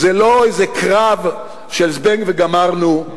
זה לא איזה קרב של "זבנג וגמרנו".